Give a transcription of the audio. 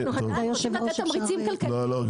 אנחנו רוצים לתת תמריצים --- לא,